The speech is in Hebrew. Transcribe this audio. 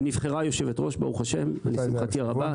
נבחרה יושבת-ראש, ברוך השם, לשמחתי הרבה.